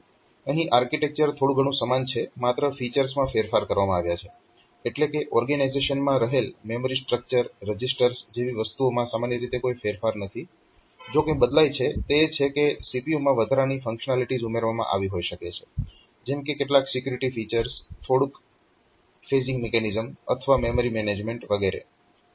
અહીં આર્કિટેક્ચર થોડું ઘણું સમાન છે માત્ર ફીચર્સ માં ફેરફાર કરવામાં આવ્યા છે એટલે કે ઓર્ગેનાઇઝેશન માં રહેલ મેમરી સ્ટ્રક્ચર રજીસ્ટર્સ જેવી વસ્તુઓમાં સામાન્ય રીતે કોઈ ફેરફાર નથી જો કંઈ બદલાય છે તે એ છે કે CPU માં વધારાની ફંક્શનાલીટીઝ ઉમેરવામાં આવી હોઈ શકે છે જેમ કે કેટલાક સિક્યોરિટી ફીચર્સ થોડુ ફેઝીંગ મિકેનિઝમ અથવા મેમરી મેનેજમેન્ટ વગેરે